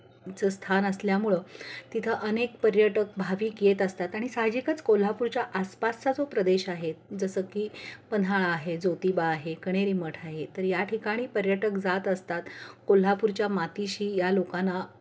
चं स्थान असल्यामुळं तिथं अनेक पर्यटक भाविक येत असतात आणि साहजिकच कोल्हापूरच्या आसपासचा जो प्रदेश आहे जसं की पन्हाळा आहे ज्योतिबा आहे कणेरीमठ आहे तर या ठिकाणी पर्यटक जात असतात कोल्हापूरच्या मातीशी या लोकांना